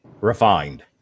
Refined